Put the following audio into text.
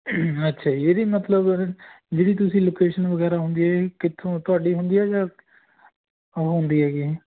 ਅੱਛਾ ਜੀ ਇਹਦੀ ਮਤਲਬ ਜਿਹੜੀ ਤੁਸੀਂ ਲੋਕੇਸ਼ਨ ਵਗੈਰਾ ਹੁੰਦੀ ਹੈ ਇਹ ਕਿੱਥੋਂ ਤੁਹਾਡੀ ਹੁੰਦੀ ਹੈ ਜਾਂ ਉਹ ਹੁੰਦੀ ਹੈਗੀ